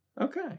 Okay